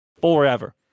forever